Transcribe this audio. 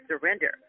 surrender